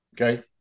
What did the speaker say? okay